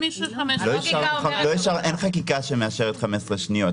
אין חקיקה שמאשרת 15 שניות.